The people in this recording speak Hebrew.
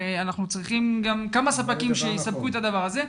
אנחנו הרי צריכים גם כמה ספקים שיספקו את הדבר הזה,